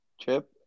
Chip